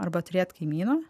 arba turėti kaimyno